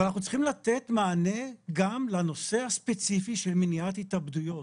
אבל אנחנו צריכים לתת מענה גם לנושא הספציפי של מניעת התאבדויות.